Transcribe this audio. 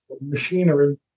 machinery